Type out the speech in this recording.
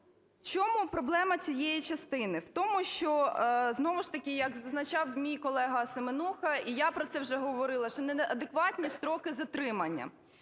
В чому проблема цієї частини? В тому, що знову ж таки, як зазначав мій колегаСеменуха і я про це вже говорила, що не адекватні строки затримання,